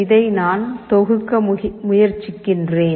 இதை நான் தொகுக்க முயற்சிக்கிறேன்